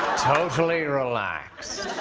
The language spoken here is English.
totally relaxed.